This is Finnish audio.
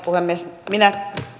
puhemies minä